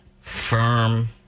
firm